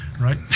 right